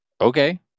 Okay